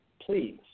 please